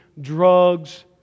drugs